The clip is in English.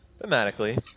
Thematically